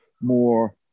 more